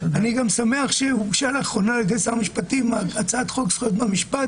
אני שמח שהוגשה לאחרונה על ידי שר המשפטים הצעת חוק זכויות במשפט.